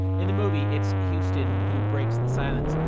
in the movie, it's houston who breaks the silence.